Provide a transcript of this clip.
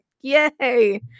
Yay